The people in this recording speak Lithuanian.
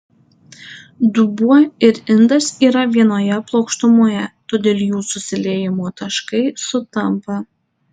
dubuo ir indas yra vienoje plokštumoje todėl jų susiliejimo taškai sutampa